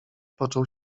począł